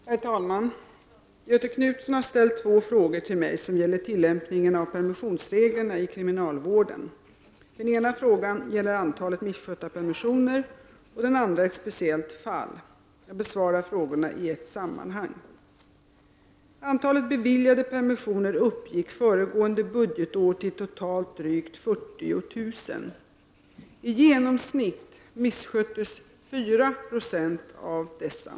Herr talman! Göthe Knutson har ställt två frågor till mig som gäller tilllämpningen av permissionsreglerna i kriminalvården. Den ena frågan gäller antalet misskötta permissioner och den andra ett speciellt fall. Jag besvarar frågorna i ett sammanhang. Antalet beviljade permissioner uppgick föregående budgetår till totalt drygt 40 000. I genomsnitt missköttes 4 96 av dessa.